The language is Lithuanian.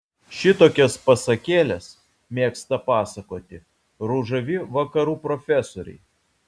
šitokias pasakėles mėgsta pasakoti ružavi vakarų profesoriai